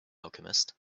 alchemist